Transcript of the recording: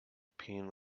pin